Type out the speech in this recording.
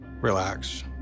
relax